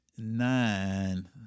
nine